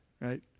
right